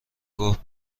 گفت